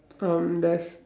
um there's